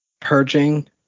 purging